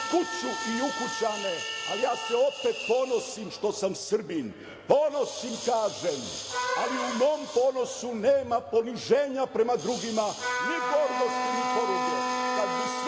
kuću i ukućane, a ja se opet ponosim što sam Srbin“, ponosim, kažem, ali u mom ponosu nema poniženja prema drugima, ni gordosti, ni poruge.